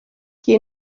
qui